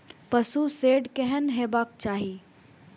पशु शेड केहन हेबाक चाही?